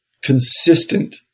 consistent